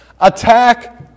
attack